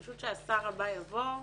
חשוב שהשר הבא יבוא,